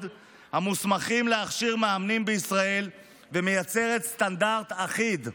המוסמכים להכשיר מאמנים בישראל ומייצרת סטנדרט אחיד.